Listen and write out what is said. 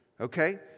okay